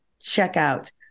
checkout